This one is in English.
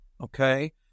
okay